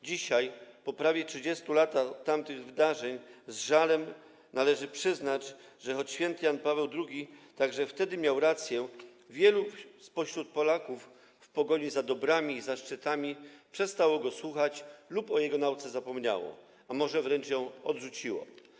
Dzisiaj, po prawie 30 latach od tamtych wydarzeń, z żalem należy przyznać, że choć św. Jan Paweł II także wtedy miał rację, wielu spośród Polaków w pogoni za dobrami i zaszczytami przestało go słuchać lub o jego nauce zapomniało, a może wręcz ją odrzuciło.